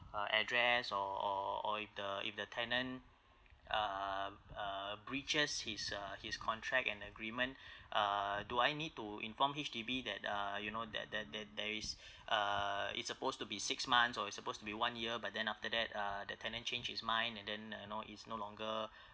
uh address or or or if the if the tenant uh uh breaches his uh his contract and agreement uh do I need to inform H_D_B that uh you know that that that there is uh it's supposed to be six months or it's supposed to be one year but then after that uh the tenant change his mind and then uh know it's no longer